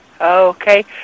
Okay